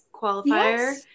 qualifier